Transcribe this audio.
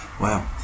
Wow